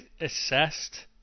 assessed